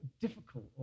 difficult